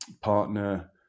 partner